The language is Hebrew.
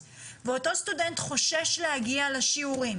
ואותו סטודנט חושש להגיע לשיעורים,